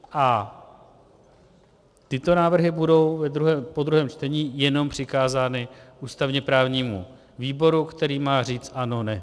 A tyto návrhy budou po druhém čtení jenom přikázány ústavněprávnímu výboru, který má říci ano, ne.